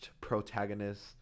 protagonist